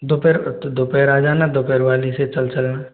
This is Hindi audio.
दोपहर तो दोपहर आ जाना दोपहर वाली से चल चलना